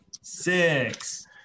Six